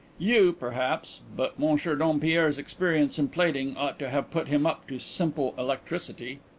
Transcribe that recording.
you, perhaps but monsieur dompierre's experience in plating ought to have put him up to simple electricity.